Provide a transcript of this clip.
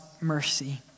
mercy